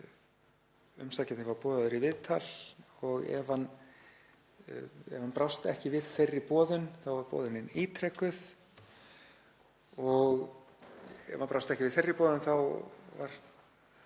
þannig umsækjandi var boðaður í viðtal og ef hann brást ekki við þeirri boðun þá var boðunin ítrekuð og ef hann brást ekki við þeirri boðun þá var